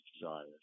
desires